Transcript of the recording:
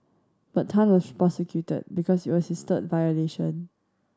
but Tan was prosecuted because it was his third violation